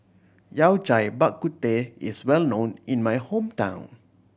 Yao Cai Bak Kut Teh is well known in my hometown